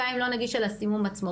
גם אם לא נגיש על הסימום עצמו,